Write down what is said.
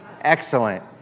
Excellent